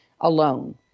alone